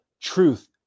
truth